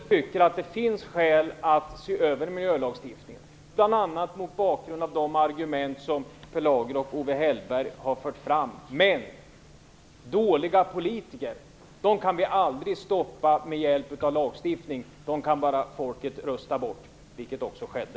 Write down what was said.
Herr talman! Vi socialdemokrater anser att det finns skäl att se över miljölagstiftningen, bl.a. mot bakgrund av de argument som Per Lager och Owe Hellberg har fört fram. Men vi kan aldrig stoppa dåliga politiker med hjälp av lagstiftning. De kan bara folket rösta bort, vilket också skedde.